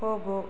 ಹೋಗು